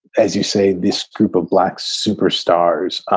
as you say, this group of black superstars ah